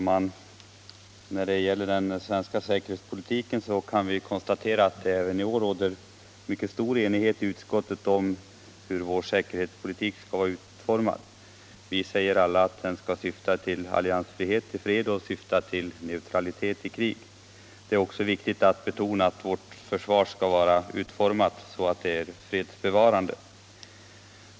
Herr talman! Vi kan konstatera att det även i år råder mycket stor enighet i utskottet om hur vår svenska säkerhetspolitik skall vara utformad. Vi säger alla att den skall syfta till alliansfrihet i fred och till neutralitet i krig. Det är också viktigt att betona att vårt försvar skall vara utformat så att det är fredsbevarande.